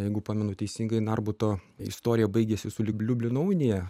jeigu pamenu teisingai narbuto istorija baigėsi sulig liublino unija